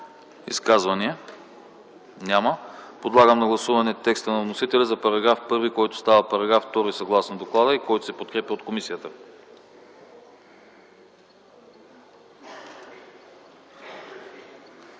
Изказвания? Няма. Подлагам на гласуване текста на вносителя за § 1, който става § 2, съгласно доклада и се подкрепя от комисията.